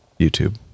YouTube